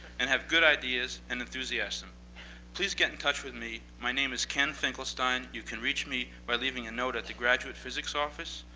and have good ideas and enthusiasm please get in touch with me. my name is ken finkelstein. you can reach me by leaving a note at the graduate physics office.